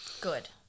Good